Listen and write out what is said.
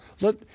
let